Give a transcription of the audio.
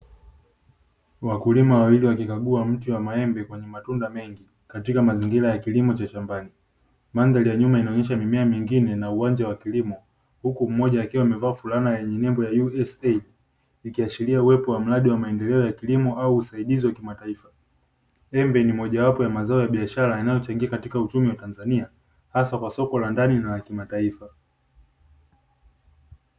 Wakulima wawili, wakikagua mti wa maembe kwenye matunda mengi katika mazingira ya kilimo cha shambani. Mandhari ya nyuma inaonyesha mimea mingine na uwanja wa kilimo, huku mmoja akiwa amevaa fulana yenye nembo ya "u s a", ikiashiria uwepo wa mradi wa maendeleo ya kilimo au usaidizi wa kimataifa. Embe ni mojawapo ya mazao ya biashara yanayochangia katika uchumi wa Tanzania, hasa kwa soko la ndani na kimataifa.